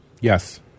Yes